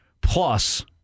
Plus